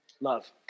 Love